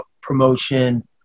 promotion